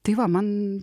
tai va man